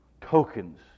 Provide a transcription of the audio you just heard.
tokens